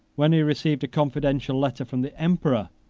when he received a confidential letter from the emperor,